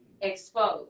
Exposed